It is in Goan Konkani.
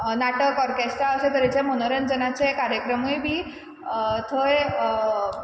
नाटक ऑर्केस्ट्रा अशें तरेचें मनोरंजनाचें कार्यक्रमूय बी थंय